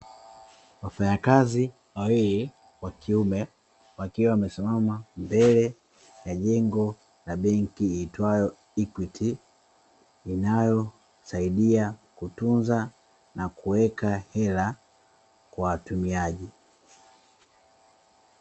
Wafanyakazi wawili wa kiume, wakiwa wamesimama mbele ya jengo la benki iitwayo "EQUITY". Inayosaidia kutunza na kuweka hela kwa watumiaji.